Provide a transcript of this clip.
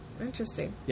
Interesting